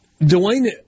Dwayne